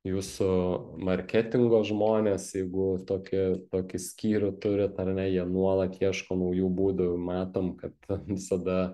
jūsų marketingo žmonės jeigu tokia tokį skyrių turit ar ne jie nuolat ieško naujų būdų matom kad visada